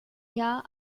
jahr